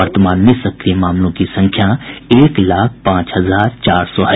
वर्तमान में सक्रिय मामलों की संख्या एक लाख पांच हजार चार सौ है